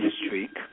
district